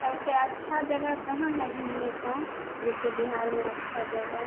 सबसे अच्छा जगह कहाँ है घूमने का जैसे बिहार में अच्छा जगह